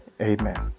Amen